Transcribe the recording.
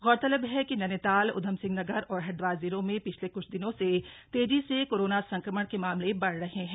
गौरतलब है कि नैनीताल ऊधमसिंह नगर और हरिद्वार जिलों में पिछले क्छ दिनों से तेजी से कोरोना संक्रमण के मामले बढ़ रहे हैं